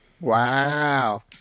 Wow